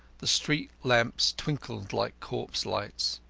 the street lamps twinkled like corpse-lights.